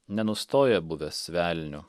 nenustoja buvęs velnio